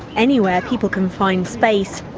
anywhere people can find space.